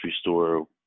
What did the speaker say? store